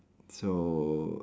so